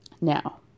now